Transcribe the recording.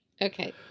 Okay